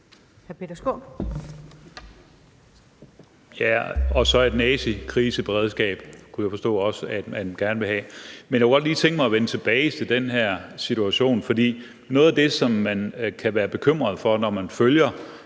at vi får et nazikriseberedskab, kunne jeg forstå. Jeg kunne godt lige tænke mig at vende tilbage til den her situation, for noget af det, som man kan være bekymret for, når man følger